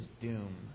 doom